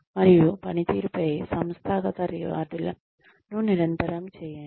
మరియు పనితీరుపై సంస్థాగత రివార్డులను నిరంతరం చేయండి